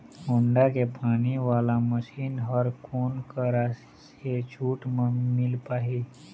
Honda के पानी वाला मशीन हर कोन करा से छूट म मिल पाही?